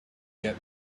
yet